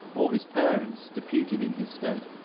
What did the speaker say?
or his parents, deputed in his stead.